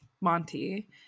Monty